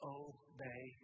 obey